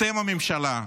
אתם הממשלה,